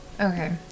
Okay